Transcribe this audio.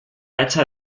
hecha